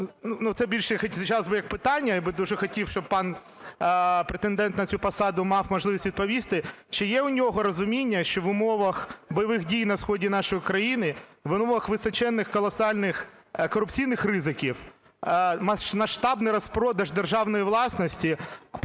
це більше як питання, я би дуже хотів, щоб пан претендент на цю посаду мав можливість відповісти: чи є у нього розуміння, що в умовах бойових дій на сході нашої країни, в умовах височенних, колосальних корупційних ризиків масштабний розпродаж державної власності